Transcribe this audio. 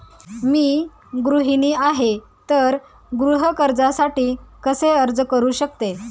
मी गृहिणी आहे तर गृह कर्जासाठी कसे अर्ज करू शकते?